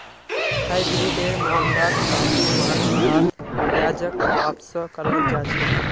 हाइब्रिडेर मामलात काफी मात्रात ब्याजक वापसो कराल जा छेक